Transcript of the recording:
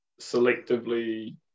selectively